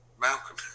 Malcolm